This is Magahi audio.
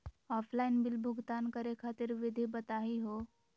ऑफलाइन बिल भुगतान करे खातिर विधि बताही हो?